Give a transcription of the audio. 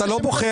אתה לא בוחר,